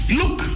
look